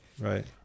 right